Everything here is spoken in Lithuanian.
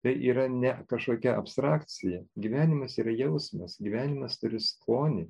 tai yra ne kažkokia abstrakcija gyvenimas yra jausmas gyvenimas turi skonį